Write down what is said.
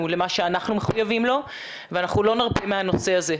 למה שאנחנו מחויבים לו ואנחנו לא נרפה מהנושא הזה.